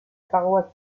paroisse